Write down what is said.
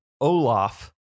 olaf